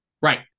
right